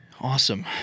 Awesome